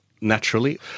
naturally